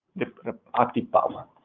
the active power.